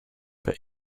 but